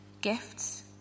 gifts